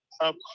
up